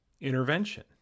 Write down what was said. intervention